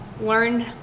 learn